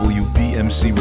wbmc